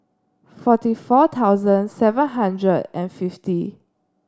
forty four thousand seven hundred and fifty